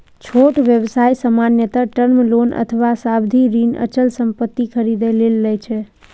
छोट व्यवसाय सामान्यतः टर्म लोन अथवा सावधि ऋण अचल संपत्ति खरीदै लेल लए छै